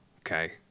okay